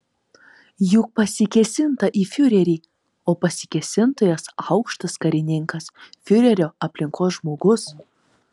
juk pasikėsinta į fiurerį o pasikėsintojas aukštas karininkas fiurerio aplinkos žmogus